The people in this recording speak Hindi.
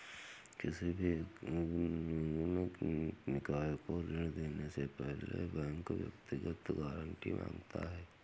किसी भी अनिगमित निकाय को ऋण देने से पहले बैंक व्यक्तिगत गारंटी माँगता है